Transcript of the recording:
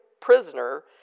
prisoner